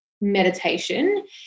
meditation